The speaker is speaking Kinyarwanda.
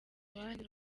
abandi